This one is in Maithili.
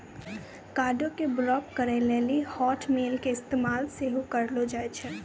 कार्डो के ब्लाक करे लेली हाटमेल के इस्तेमाल सेहो करलो जाय छै